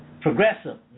Progressive